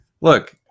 look